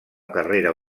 carrera